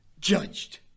judged